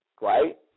right